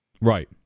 Right